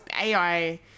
AI